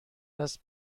است